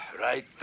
Right